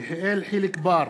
יחיאל חיליק בר,